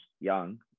young